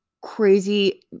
Crazy